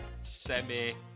semi